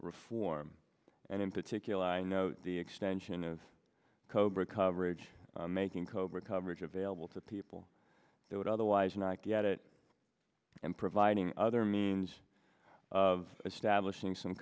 reform and in particular i know the extension of cobra coverage making cobra coverage available to people that would otherwise not get it and providing other means of establishing some